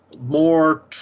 more